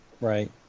Right